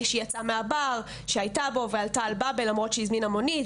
שהיא יצאה מהבר שהייתה בו ועלתה על באבל למרות שהיא הזמינה מונית.